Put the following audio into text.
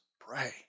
pray